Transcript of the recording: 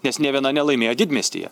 nes nė viena nelaimėjo didmiestyje